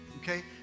Okay